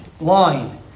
line